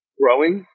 growing